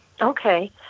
Okay